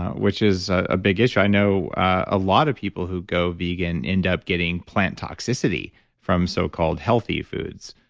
which is a big issue. i know a lot of people who go vegan, end up getting plant toxicity from so-called healthy foods.